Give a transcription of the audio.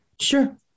sure